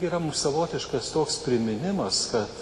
yra mum savotiškas toks priminimas kad